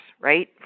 right